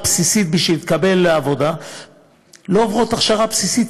הכשרה בסיסית בשביל להתקבל לעבודה לא עוברות הכשרה בסיסית,